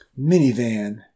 Minivan